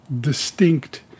distinct